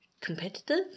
competitive